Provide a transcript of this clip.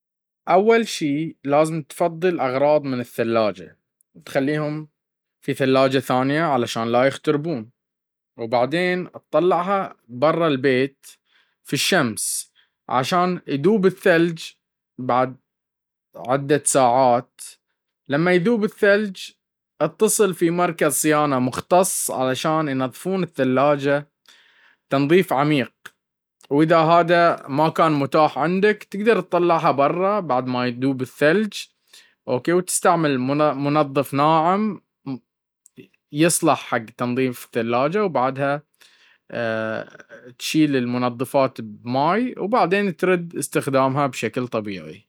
أول شي لازم تفضي الأغراض من الثلاجة وتخليهم في ثلاجة ثانية وبعدين تطلها برة في الشمس علشان يذوب الثلج بعد عدة ساعات لمي يذوب الثلج وتتصل في مركز صيانة مختص علشان ينظفون الثلاجة تنظيف عميق.